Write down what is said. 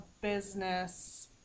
business